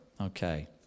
Okay